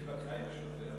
היא התווכחה עם השוטר.